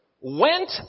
went